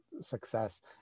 success